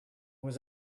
was